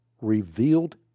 revealed